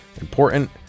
important